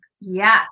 yes